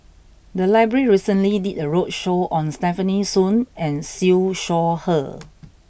the library recently did a roadshow on Stefanie Sun and Siew Shaw Her